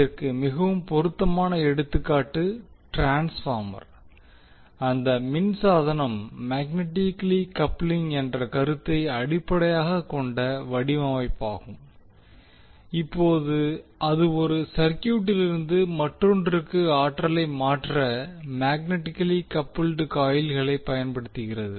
இதற்கு மிகவும் பொதுவான எடுத்துக்காட்டு ட்ரான்ஸ்பார்மர் அந்த மின் சாதனம் மேக்னட்டிக் கப்லிங் என்ற கருத்தை அடிப்படையாகக் கொண்ட வடிவமைப்பாகும் இப்போது அது ஒரு சர்க்யூட்டிலிருந்து மற்றொன்றுக்கு ஆற்றலை மாற்ற மேக்னட்டிகலி கப்புல்ட் காயில்களை பயன்படுத்துகிறது